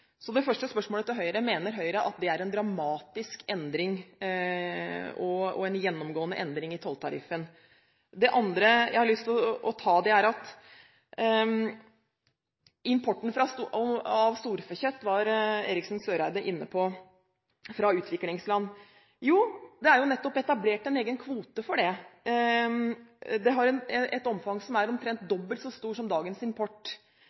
Så det første spørsmålet til Høyre er: Mener Høyre dette er en dramatisk endring og en gjennomgående endring i tolltariffen? Det andre som Eriksen Søreide var inne på, som jeg har lyst til å ta opp, er importen av storfekjøtt fra utviklingsland. Det er jo nettopp etablert en egen kvote for det. Den har et omfang som er omtrent dobbelt så stort som dagens import.